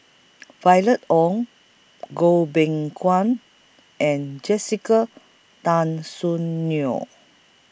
Violet Oon Goh Beng Kwan and Jessica Tan Soon Neo